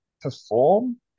perform